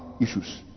issues